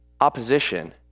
opposition